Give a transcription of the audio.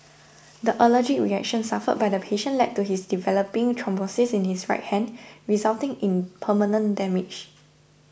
the allergic reaction suffered by the patient led to his developing thrombosis in his right hand resulting in permanent damage